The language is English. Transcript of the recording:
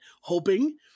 hoping